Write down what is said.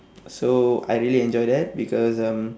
so I really enjoy that because um